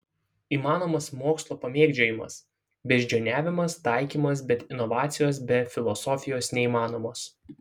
įmanomas mokslo pamėgdžiojimas beždžioniavimas taikymas bet inovacijos be filosofijos neįmanomos